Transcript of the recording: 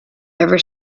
ever